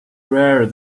rare